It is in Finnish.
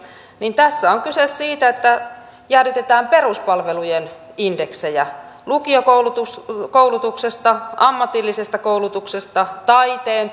on kyse siitä että jäädytetään peruspalvelujen indeksejä lukiokoulutuksesta ammatillisesta koulutuksesta taiteen